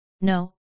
No